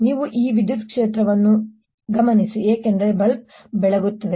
ನೀವು ಈ ವಿದ್ಯುತ್ ಕ್ಷೇತ್ರವನ್ನು ಗಮನಿಸಿ ಏಕೆಂದರೆ ಬಲ್ಬ್ ಬೆಳಗುತ್ತದೆ